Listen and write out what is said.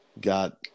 Got